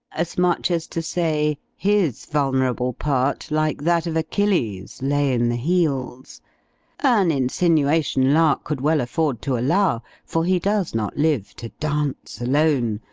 as much as to say, his vulnerable part, like that of achilles, lay in the heels an insinuation lark could well afford to allow, for he does not live to dance, alone,